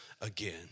again